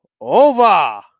over